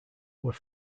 were